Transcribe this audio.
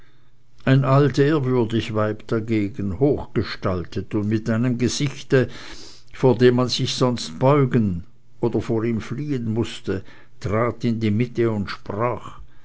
ein alt ehrwürdig weib dagegen hochgestaltet und mit einem gesichte vor dem man sonst sich beugen oder vor ihm fliehen mußte trat in die mitte und sprach